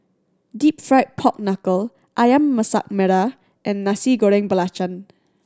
Deep Fried Pork Knuckle Ayam Masak Merah and Nasi Goreng Belacan